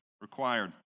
required